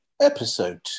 Episode